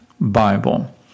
Bible